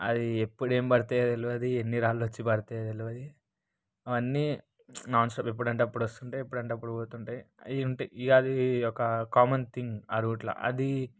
అది ఎప్పుడేం పడతాయో తెలియదు ఎన్ని రాళ్ళు వచ్చిపడతాయి తెలియదు అవన్నీ నాన్స్టాప్ ఎప్పుడంటే అప్పుడు వస్తుంటాయి ఎప్పుడంటే అప్పుడు పోతుంటాయి అవి ఉంటాయి ఇక అది ఒక కామన్ థింగ్ ఆరూట్ల అది